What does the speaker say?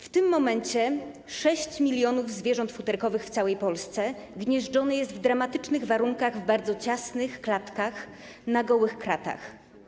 W tym momencie 6 mln zwierząt futerkowych w całej Polsce gnieżdżonych jest w dramatycznych warunkach, w bardzo ciasnych klatkach, na gołych kratach.